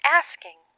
asking